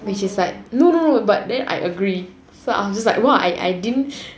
which is like no no no but then I agree so was just like !wah! I didn't